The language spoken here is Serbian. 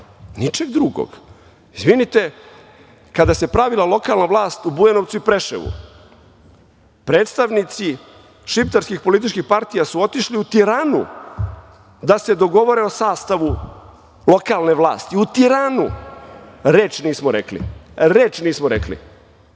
ničeg drugog. Izvinite, kada se pravila lokalna vlast u Bujanovcu i Preševu, predstavnici šiptarskih političkih partija su otišli u Tiranu da se dogovore o sastavu lokalne vlasti, u Tiranu. Reč nismo rekli, reč nismo rekli.